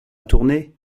tournée